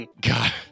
God